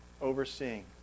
overseeing